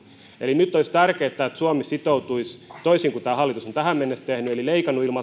eli nyt olisi tärkeätä että suomi nostaisi sitoumuksiaan toisin kuin tämä hallitus on tähän mennessä tehnyt eli leikannut